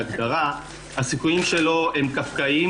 בהגדרה הסיכויים שלו הם קפקאיים